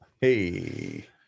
hey